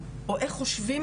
אני חושבת שלא באמת למדנו.